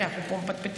כי אנחנו פה מפטפטים,